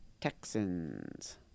Texans